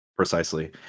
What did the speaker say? precisely